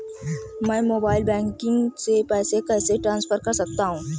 मैं mobile banking से पैसे कैसे ट्रांसफर कर सकता हूं?